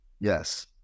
Yes